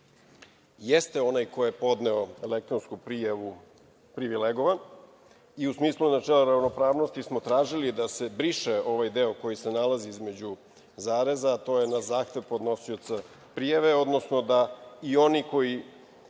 jeste onaj ko je podneo elektronsku prijavu privilegovan i u smislu načela ravnopravnosti smo tražili da se briše ovaj deo koji se nalazi između zareza, to je – na zahtev podnosioca prijave, odnosno da i oni koji